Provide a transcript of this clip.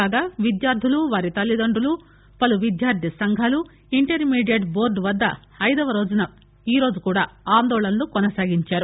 కాగా విద్యార్దులు వారి తల్లిదండ్రులు పలు విద్యార్ది సంఘాలు ఇంటర్మీడియట్ బోర్డు వద్ద ఐదవ రోజున కూడా ఆందనళనలు కొనసాగించారు